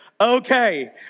okay